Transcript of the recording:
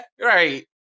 Right